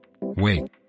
Wait